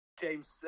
James